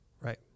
right